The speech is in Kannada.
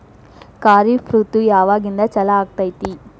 ಖಾರಿಫ್ ಋತು ಯಾವಾಗಿಂದ ಚಾಲು ಆಗ್ತೈತಿ?